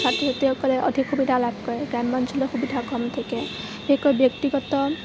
শিক্ষাৰ্থীসকলে অধিক সুবিধা লাভ কৰে গ্ৰাম্য অঞ্চলৰ সুবিধা কম থাকে বিশেষকৈ ব্যক্তিগত